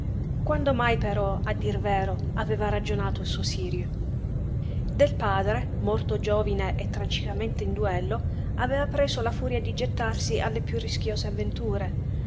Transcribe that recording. quando mai però a dir vero aveva ragionato il suo sirio del padre morto giovine e tragicamente in duello aveva preso la furia di gettarsi alle piú rischiose avventure